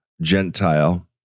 Gentile